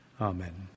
Amen